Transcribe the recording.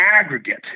aggregate